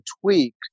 tweak